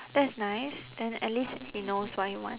that's nice then at least he knows what he want